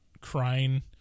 crying